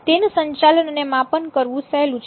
તેનું સંચાલન અને માપન કરવું સહેલું છે